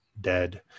dead